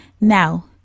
now